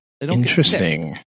Interesting